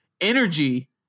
energy